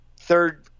third